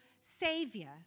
savior